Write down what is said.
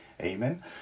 Amen